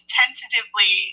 tentatively